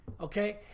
Okay